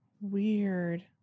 weird